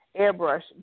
airbrush